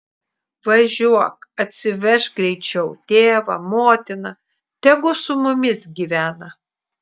važiuok atsivežk greičiau tėvą motiną tegu su mumis gyvena